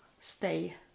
stay